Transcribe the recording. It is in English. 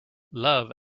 love